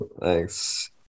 Thanks